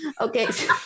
okay